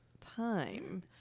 time